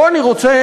פה אני רוצה,